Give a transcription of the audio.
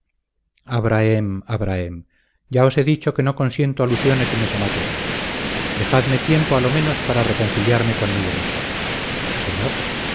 abrahem abrahem ya os he dicho que no consiento alusiones en esa materia dejadme tiempo a lo menos para reconciliarme conmigo mismo señor